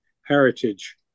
Heritage